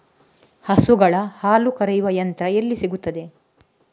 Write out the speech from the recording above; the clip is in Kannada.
ಹಸುಗಳ ಹಾಲು ಕರೆಯುವ ಯಂತ್ರ ಎಲ್ಲಿ ಸಿಗುತ್ತದೆ?